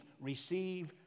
receive